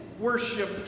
worship